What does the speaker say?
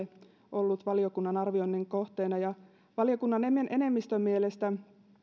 ollut valiokunnan arvioinnin kohteena valiokunnan enemmistön mielestä